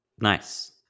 Nice